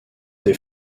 des